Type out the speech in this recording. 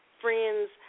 friends